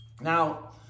Now